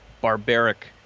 barbaric